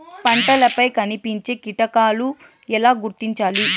పంటలపై కనిపించే కీటకాలు ఎలా గుర్తించాలి?